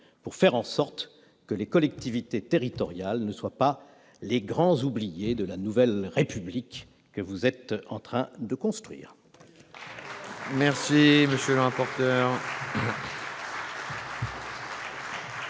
pour faire en sorte que les collectivités territoriales ne soient pas les grandes oubliées de la nouvelle République que vous êtes en train de construire ! La parole est